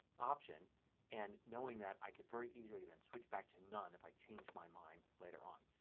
option and knowing that i can very easily then switch back to none if i change my mind later on.